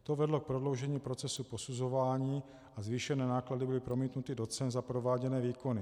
To vedlo k prodloužení procesu posuzování a zvýšené náklady byly promítnuty do cen za prováděné výkony.